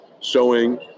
showing